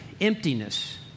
emptiness